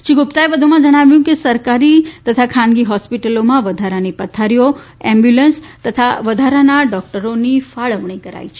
શ્રી ગુપ્તાએ વધુમાં જણાવ્યું કે સરકારી તથા ખાનગી હોસ્પીટલોમાં વધારાની પથારીઓ એમ્બ્રલન્સ તથા ડોક્ટરોની ફાળવણી કરાઈ છે